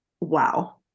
Wow